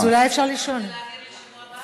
אתה רוצה להעביר לשבוע הבא?